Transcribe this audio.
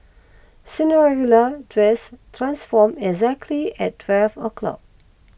Cinderella dress transform exactly at twelve o'clock